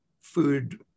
food